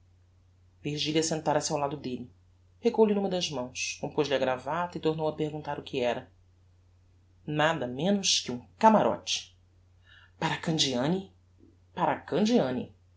virgilia sentara-se ao lado delle pegou-lhe n'uma das mãos compoz lhe a gravata e tornou a perguntar o que era nada menos que um camarote para a candiani para a candiani